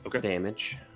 damage